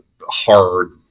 hard